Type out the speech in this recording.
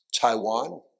Taiwan